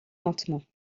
lentement